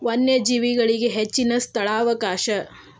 ವನ್ಯಜೇವಿಗಳಿಗೆ ಹೆಚ್ಚಿನ ಸ್ಥಳಾವಕಾಶ